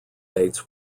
dates